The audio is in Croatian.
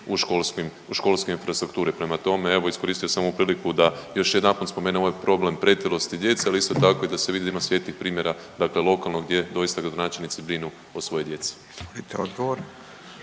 u školskoj infrastrukturi. Prema tome, ja bih iskoristio samo priliku da još jedanput spomenem ovaj problem pretilosti djece, ali isto tako i da se vidi da ima svijetlih primjera dakle lokalno gdje doista gradonačelnici brinu o svojoj djeci.